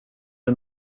det